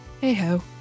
hey-ho